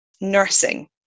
nursing